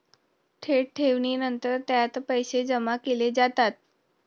थेट ठेवीनंतरच त्यात पैसे जमा केले जातात